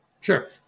Sure